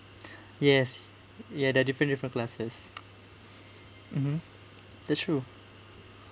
yes ya there're different different classes mmhmm that's true